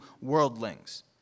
worldlings